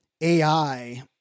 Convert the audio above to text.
AI